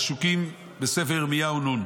בספר ירמיהו נ'